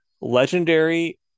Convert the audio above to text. legendary